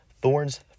thorns